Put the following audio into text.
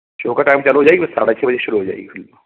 show का time चालू हो जाएगी बस साढ़े छः बजे शुरू हो जाएगी फ़िल्म